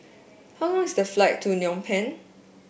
how long is the flight to Phnom Penh